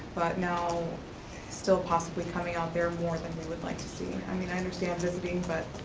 but now still possibly coming out there more than we would like to see i mean i understand visiting, but